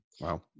wow